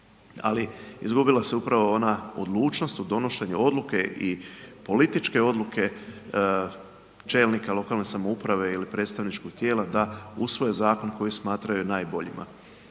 ali izgubila se upravo ona odlučnost u donošenju odluke i političke odluke čelnika lokalne samouprave ili predstavničkog tijela da usvoje zakon koji smatraju najboljima